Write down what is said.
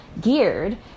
geared